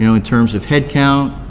you know in terms of head count,